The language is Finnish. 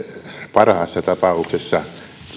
parhaassa tapauksessa